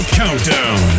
countdown